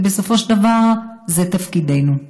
כי בסופו של דבר זה תפקידנו.